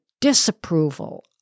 disapproval